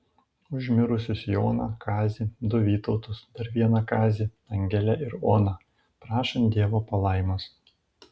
už mirusius joną kazį du vytautus dar vieną kazį angelę ir oną prašant dievo palaimos